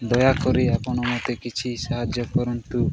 ଦୟାକରି ଆପଣ ମୋତେ କିଛି ସାହାଯ୍ୟ କରନ୍ତୁ